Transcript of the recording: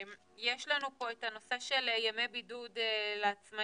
יש לנו פה את הנושא של ימי בידוד לעצמאים.